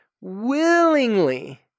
willingly